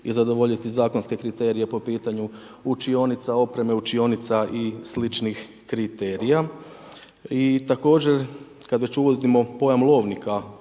i zadovoljiti zakonske kriterije po pitanju učionica, opreme učionica i sličnih kriterija. I također kada već uvodimo pojam lovnika